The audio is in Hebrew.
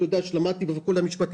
אתה יודע, למדתי בפקולטה למשפטים.